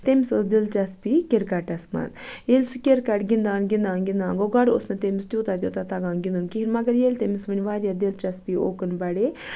تٔمِس ٲس دِلچَسپی کِرکَٹَس مَنٛز ییٚلہِ سُہ کِرکَٹ گِندان گِندان گِندان گوٚو گۄڈٕ اوس نہٕ تٔمِس تیوتاہ تیوتاہ تَگان کینٛدُن کِہیٖنۍ مگر ییٚلہِ تٔمِس وۄنۍ واریاہ دِلچَسپی اُکُن بَڑے تہٕ